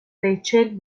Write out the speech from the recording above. ریچل